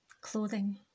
clothing